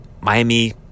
Miami